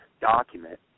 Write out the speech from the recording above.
document